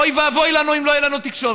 אוי ואבוי לנו אם לא תהיה לנו תקשורת.